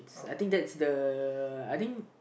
I think that's the I think